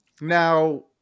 Now